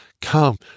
come